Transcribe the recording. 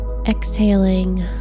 Exhaling